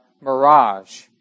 mirage